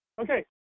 Okay